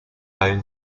own